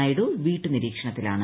Naidu വീട്ടുനിരീക്ഷണത്തിലാണ്